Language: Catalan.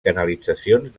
canalitzacions